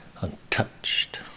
untouched